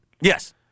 Yes